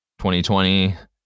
2020